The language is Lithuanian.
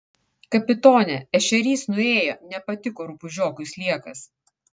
kapitone ešerys nuėjo nepatiko rupūžiokui sliekas